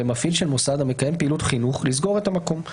למפעיל של מוסד המקיים פעילות חינוך לסגור את המקום,